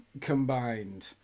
combined